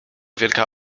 wielka